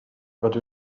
rydw